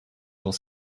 dans